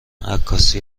عکاسی